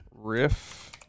Riff